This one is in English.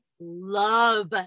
love